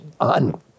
on